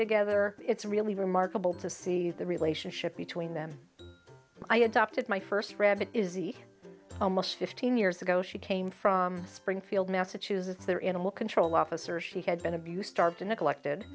together it's really remarkable to see the relationship between them i adopted my first rabbit izzy almost fifteen years ago she came from springfield massachusetts their intimate control officer she had been abused or neglected